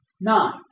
Nine